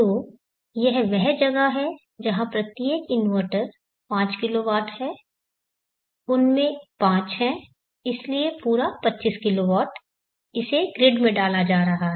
तो यह वह जगह है जहां प्रत्येक इन्वर्टर 5 किलोवाट है उनमें 5 हैं इसलिए पूरा 25 किलोवाट इसे ग्रिड में डाला जा रहा है